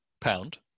pound